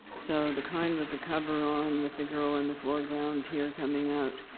so, the kind with the cover on, with the girl in the foreground, tear coming out.